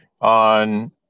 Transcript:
on